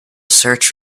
search